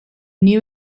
new